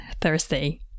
Thursday